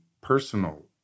personal